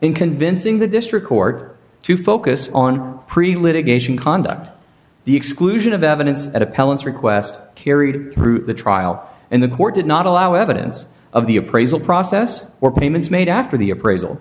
in convincing the district court to focus on pre lit gaging conduct the exclusion of evidence at appellants request carried through the trial and the court did not allow evidence of the appraisal process or payments made after the appraisal